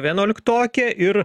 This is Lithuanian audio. vienuoliktokė ir